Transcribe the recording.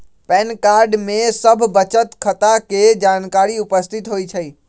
pan card में सभ बचत खता के जानकारी उपस्थित होइ छइ